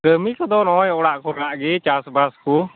ᱠᱟᱹᱢᱤ ᱠᱚᱫᱚ ᱱᱚᱜᱼᱚᱸᱭ ᱚᱲᱟᱜ ᱠᱚᱨᱮᱱᱟᱜ ᱜᱮ ᱪᱟᱥᱼᱵᱟᱥ ᱠᱚ